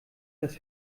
das